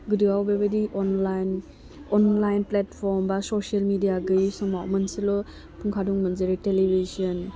गोदोआव बेबायदि online online platform बा ससियेल मेडिया गैयै समाव मोनसेल' फुंखा दंमोन जेरै टेलिभिसन